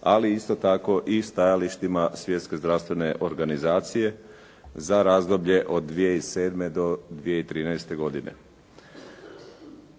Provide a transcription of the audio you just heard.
ali isto tako i stajalištima svjetske zdravstvene organizacije za razdoblje od 2007. do 2013. godine.